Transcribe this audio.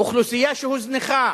אוכלוסייה שהוזנחה,